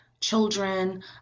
children